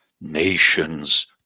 nations